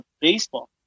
baseball